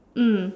mm